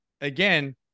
again